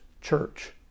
church